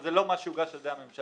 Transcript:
זה לא מה שהוגש על ידי הממשלה.